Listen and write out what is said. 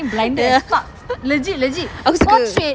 ya aku suka